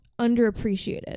underappreciated